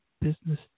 Business